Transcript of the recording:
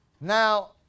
Now